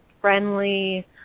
friendly